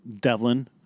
Devlin